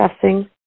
discussing